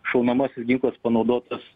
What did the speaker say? šaunamasis ginklas panaudotas